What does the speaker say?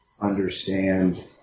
understand